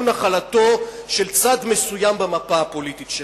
נחלתו של צד מסוים במפה הפוליטית שלנו,